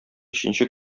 өченче